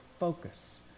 Focus